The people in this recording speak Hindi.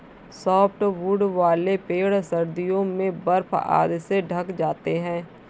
सॉफ्टवुड वाले पेड़ सर्दियों में बर्फ आदि से ढँक जाते हैं